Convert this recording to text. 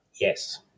yes